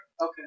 Okay